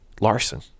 Larson